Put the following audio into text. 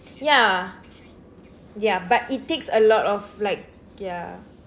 ya ya but it takes a lot of like ya